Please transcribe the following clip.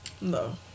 No